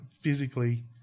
physically